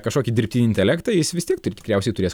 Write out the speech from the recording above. kažkokį dirbtinį intelektą jis vis tiek taip tikriausiai turės